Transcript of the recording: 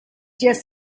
just